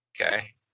Okay